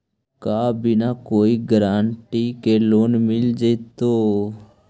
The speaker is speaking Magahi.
का बिना कोई गारंटी के लोन मिल जीईतै?